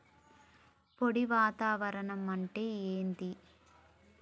పొడి వాతావరణం అంటే ఏంది?